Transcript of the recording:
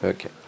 Okay